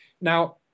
Now